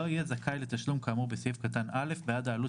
לא יהיה זכאי לתשלום כאמור בסעיף קטן (א) בעד העלות